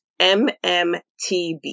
MMTB